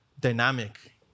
dynamic